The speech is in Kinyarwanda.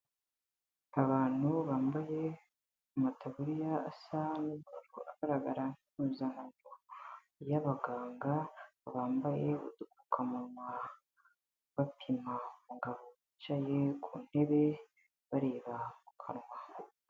Abantu bambaye amataburiya asa nk'aho agaragara nk'impuzankano y'abaganga, bambaye udupfukamunwa, bapina umugabo wicaye ku ntebe, bareba mu kanwa.